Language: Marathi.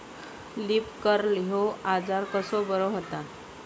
लीफ कर्ल ह्यो आजार कसो बरो व्हता?